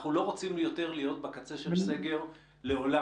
אנחנו לא רוצים יותר להיות בקצה של סגר לעולם,